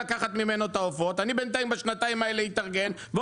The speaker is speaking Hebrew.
אם אני לוקח ממנו תערובת, הענף הזה